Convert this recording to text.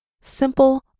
simple